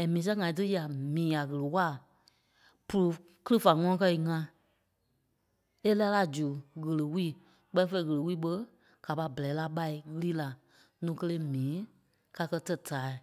and mii sɛŋ ŋai tí ya mii a ɣele-waa púlu-kili fá ŋɔnɔ kɛ́ í ŋa è lɛɛ la zu ɣele-wée kpɛ́ni fêi ɣele-wee ɓé a pâi ɓɛrɛi la ɓai ɣili la núu kélee è mii kákɛ tɛ́ táa